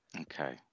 okay